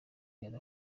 yari